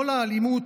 לא לאלימות",